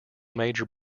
major